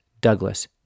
Douglas